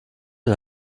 den